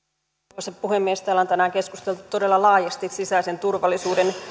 arvoisa puhemies täällä on tänään keskusteltu todella laajasti sisäisen turvallisuuden